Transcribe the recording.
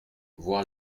voir